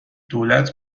دولت